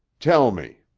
tell me.